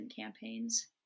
campaigns